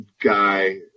guy